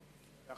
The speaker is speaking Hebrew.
רמון, בבקשה.